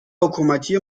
حکومتی